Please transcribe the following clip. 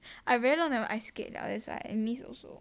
I very long never ice skate 了 that's why I miss also